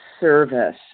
service